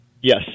Yes